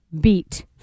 beat